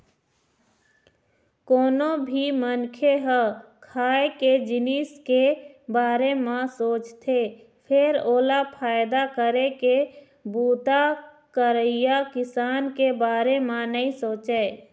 कोनो भी मनखे ह खाए के जिनिस के बारे म सोचथे फेर ओला फायदा करे के बूता करइया किसान के बारे म नइ सोचय